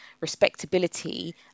respectability